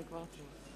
זה כבר טוב.